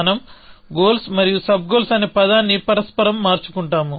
మనం గోల్స్ మరియు sub goals అనే పదాన్ని పరస్పరం మార్చుకుంటాము